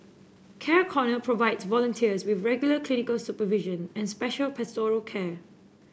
Care Corner provides volunteers with regular clinical supervision and special pastoral care